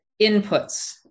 inputs